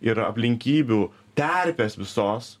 ir aplinkybių terpės visos